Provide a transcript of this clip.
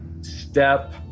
step